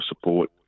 support